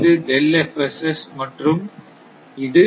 இது மற்றும் இது